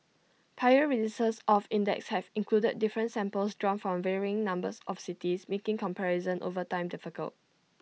prior releases of the index have included different samples drawn from varying numbers of cities making comparison over time difficult